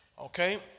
Okay